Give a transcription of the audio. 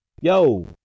yo